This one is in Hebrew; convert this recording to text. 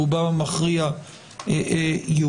רובם המכריע יהודים,